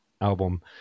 album